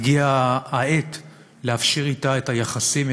שהגיעה העת להפשיר אתה את היחסים,